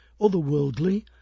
Otherworldly